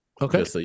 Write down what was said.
Okay